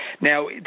Now